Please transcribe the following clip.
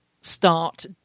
start